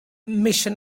mission